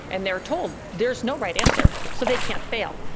and they are told there is no right answer, so they can't fail.